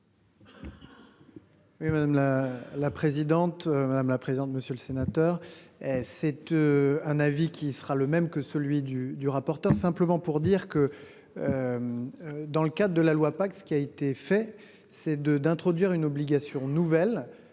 Oui madame la la présidente madame la présidente, monsieur le sénateur. Cette. Un avis qui sera le même que celui du du rapporteur simplement pour dire que. Dans le cadre de la loi pas ce qui a été fait c'est de d'introduire une obligation nouvelle,